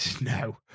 No